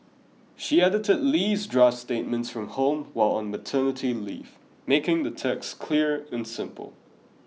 she edited Lee's draft statements from home while on maternity leave making the text clear and simple